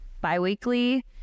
bi-weekly